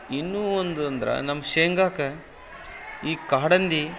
ಇನ್ನೂ ಒಂದು ಅಂದ್ರೆ ನಮ್ಮ ಶೇಂಗಾಕ್ಕೆ ಈ ಕಾಡು ಹಂದಿ